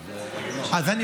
את זה אני יודע.